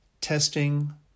testing